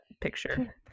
picture